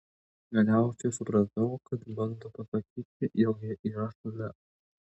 galiausiai supratau kad bando pasakyti jog ji yra šalia